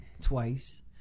Twice